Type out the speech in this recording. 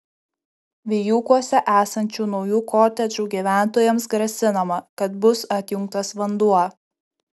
vijūkuose esančių naujų kotedžų gyventojams grasinama kad bus atjungtas vanduo